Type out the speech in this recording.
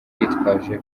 yitwaje